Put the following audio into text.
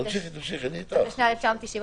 התשנ"ה 1995‏ ,